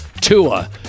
Tua